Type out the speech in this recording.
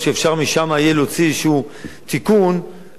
וייתכן מאוד שיהיה אפשר משם להוציא איזה תיקון שיכול